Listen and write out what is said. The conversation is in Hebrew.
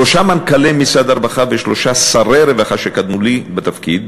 שלושה מנכ"לי משרד הרווחה ושלושה שרי רווחה שקדמו לי בתפקיד